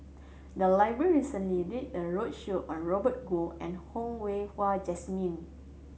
the library recently did a roadshow on Robert Goh and Hong Way Hua Jesmine